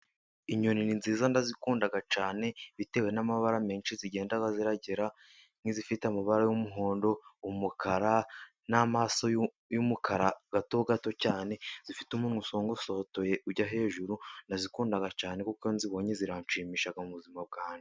Inyoni ni nziza ndazikunda cyane bitewe n' amabara menshi zigenda zigira, nk' izifite amabara y' umuhondo, umukara n' amaso y' umukara mato mato cyane, zifite umunwa usongosoye ujya hejuru, ndazikunda cyane uko nzibonye ziranshimisha mu buzima bwanjye.